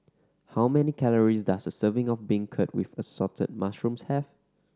how many calories does a serving of beancurd with Assorted Mushrooms have